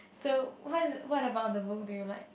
so what is what about the book do you like